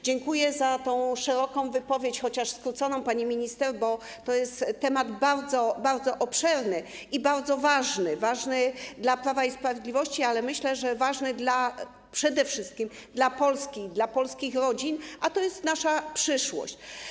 Dziękuję za tę szeroką wypowiedź, chociaż skróconą, pani minister, bo to jest temat bardzo obszerny i bardzo ważny, ważny dla Prawa i Sprawiedliwości, ale myślę, że ważny przede wszystkim dla Polski, dla polskich rodzin, a to jest nasza przyszłość.